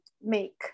make